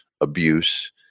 abuse